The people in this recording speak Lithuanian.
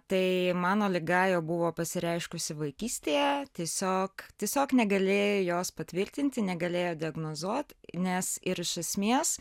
tai mano liga jau buvo pasireiškusi vaikystėje tiesiog tiesiog negalėjo jos patvirtinti negalėjo diagnozuot nes ir iš esmės